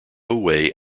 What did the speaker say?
way